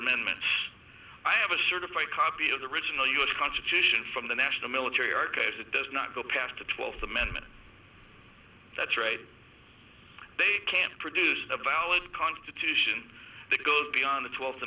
amendments i have a certified copy of the original us constitution from the national military archives it does not go past the twelfth amendment that trade they can't produce a valid constitution that goes beyond the twelfth